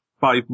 five